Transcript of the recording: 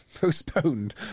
Postponed